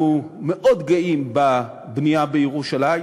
אנחנו מאוד גאים בבנייה בירושלים